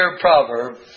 proverb